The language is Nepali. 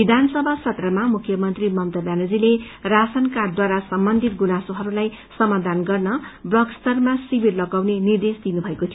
विधानसभा सत्रमा मुख्यमन्त्री ममता व्यानर्जीले राशन कार्डद्वारा सम्बन्धित गुनासोहस्लाई समाधान गर्न ब्लक स्तरमा शिविर लगाउने निर्देश दिनुभएको थियो